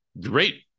Great